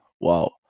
Wow